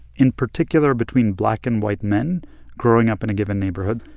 in particular between black and white men growing up in a given neighborhood.